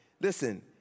Listen